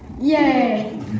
Yay